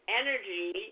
energy